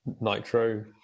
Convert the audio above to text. nitro